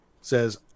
says